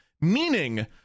meaning